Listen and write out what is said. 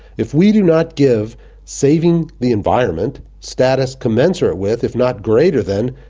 if we do not give saving the environment status commensurate with, if not greater than,